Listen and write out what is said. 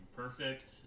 perfect